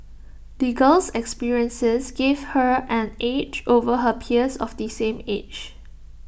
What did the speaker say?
the girl's experiences gave her an edge over her peers of the same age